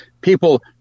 people